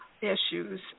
issues